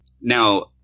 Now